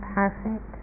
perfect